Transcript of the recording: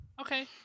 Okay